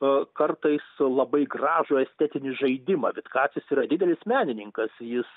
a kartais labai gražų estetinį žaidimą vitkacis yra didelis menininkas jis